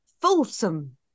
fulsome